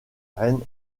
reine